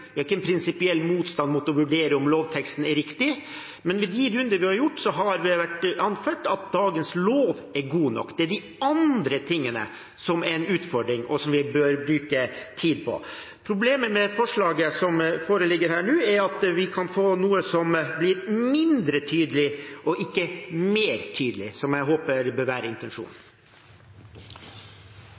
vi har hatt, har det vært anført at dagens lov er god nok. Det er de andre tingene som er en utfordring, og som vi bør bruke tid på. Problemet med forslaget som foreligger her, er at vi kan få noe som blir mindre tydelig og ikke mer tydelig, som jeg håper bør være intensjonen.